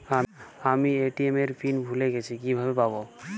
আমি এ.টি.এম এর পিন ভুলে গেছি কিভাবে পাবো?